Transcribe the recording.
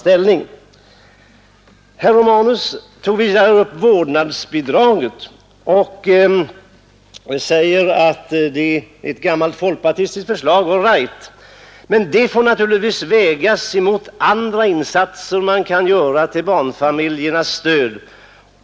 Herr Romanus tog vidare upp vårdnadsbidraget och sade att det är ett gammalt folkpartistiskt förslag. All right — men det får naturligtvis vägas mot andra insatser som man kan göra till barnfamiljernas stöd.